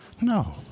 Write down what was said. No